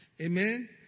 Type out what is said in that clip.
Amen